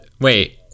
wait